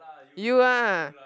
you ah